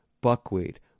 buckwheat